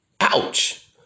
Ouch